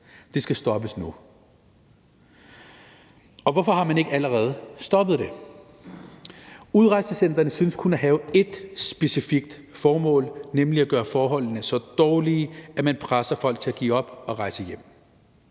Det skal stoppes nu. Hvorfor har man ikke allerede stoppet det? Udrejsecentrene synes kun at have et specifikt formål, nemlig at gøre forholdene så dårlige, at man presser folk til at give op og rejse hjem.